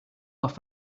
off